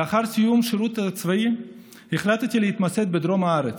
לאחר סיום השירות הצבאי החלטתי להתמסד בדרום הארץ,